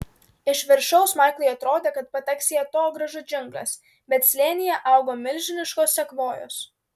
iš viršaus maiklui atrodė kad pateks į atogrąžų džiungles bet slėnyje augo milžiniškos sekvojos